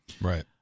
Right